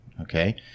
Okay